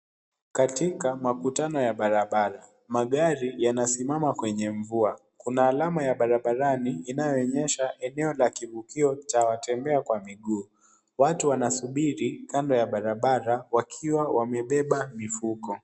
Katika makutano ya barabara, magari yanasimama kwenye mvua. Kuna alama ya barabarani inayoonyesha eneo la kivukio cha watembea kwa miguu. Watu wanasubiri kando ya barabara wakiwa wamebeba mifuko.